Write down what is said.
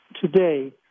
today